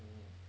oo